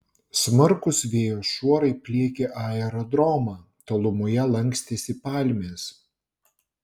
smarkūs vėjo šuorai pliekė aerodromą tolumoje lankstėsi palmės